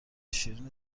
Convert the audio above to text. شیرین